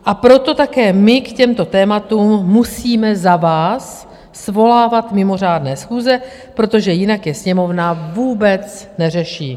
A proto také my k těmto tématům musíme za vás svolávat mimořádné schůze, protože jinak je Sněmovna vůbec neřeší.